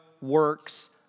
works